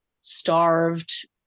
starved